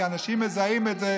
כי האנשים מזהים את זה,